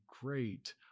great